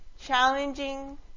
challenging